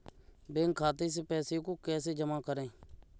Bank खाते से पैसे को कैसे जमा करें?